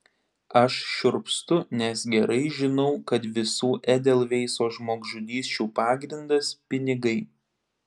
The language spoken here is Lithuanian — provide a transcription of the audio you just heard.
aš šiurpstu nes gerai žinau kad visų edelveiso žmogžudysčių pagrindas pinigai